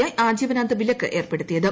I ആജീവനാന്ത വിലക്ക് ഏർപ്പെടുത്തിയത്